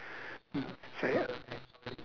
and say uh